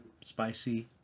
spicy